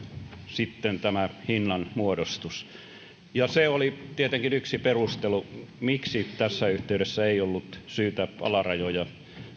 sitten tämä hinnanmuodostus se oli tietenkin yksi perustelu miksi tässä yhteydessä ei ollut syytä alarajoja